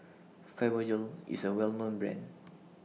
Fibogel IS A Well known Brand